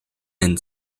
and